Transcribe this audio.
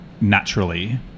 naturally